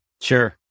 Sure